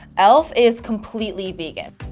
l f. is completely vegan.